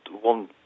one